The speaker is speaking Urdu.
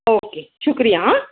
اوکے شُکریہ ہاں